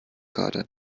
karte